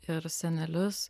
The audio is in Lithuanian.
ir senelius